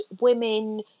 women